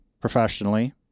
professionally